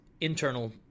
internal